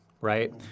right